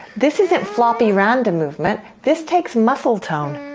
this isn't floppy random movement, this takes muscle tone,